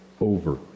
over